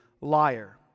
liar